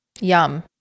Yum